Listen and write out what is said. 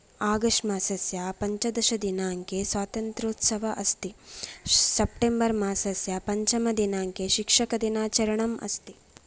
August मासस्य पञ्चदशदिनाङ्के स्वातन्त्रोत्सवः अस्ति सेप्टेम्बर् मासस्य पञ्चमदिनाङ्के शिक्षकदिनाचरणम् अस्ति